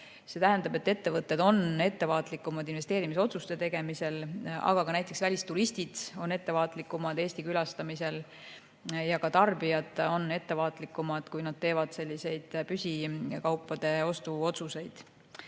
See tähendab, et ettevõtted on ettevaatlikumad investeerimisotsuste tegemisel, aga ka näiteks välisturistid on ettevaatlikumad Eesti külastamisel ja ka tarbijad on ettevaatlikumad, kui nad teevad püsikaupade ostu otsuseid.